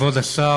כבוד השר,